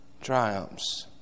triumphs